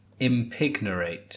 Impignorate